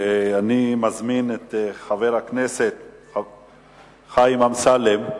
אני מזמין את חבר הכנסת חיים אמסלם.